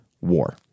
War